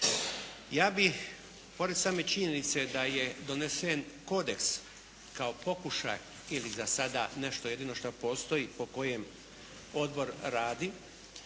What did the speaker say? Ja bih pored same činjenice da je donesen kodeks kao pokušaj ili za sada nešto jedino što postoji po kojem odbor radi,